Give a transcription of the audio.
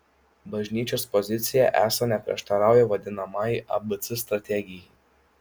bažnyčios pozicija esą neprieštarauja vadinamajai abc strategijai